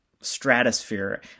Stratosphere